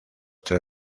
tres